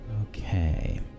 Okay